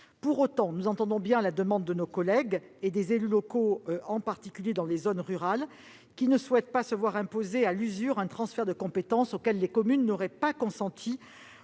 Pour autant, nous entendons bien les demandes de nos collègues élus locaux, en particulier dans les zones rurales, qui ne souhaitent pas se voir imposer « à l'usure » un transfert de compétence auquel les communes n'auraient pas consenti